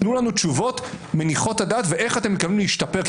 תנו תשובות מניחות דעת ואיך אתם מתכוונים להשתפר,